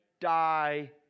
die